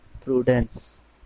Prudence